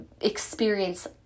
experience